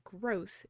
growth